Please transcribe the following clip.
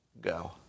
Go